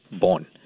bond